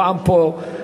פעם פה,